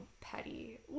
petty